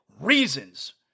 reasons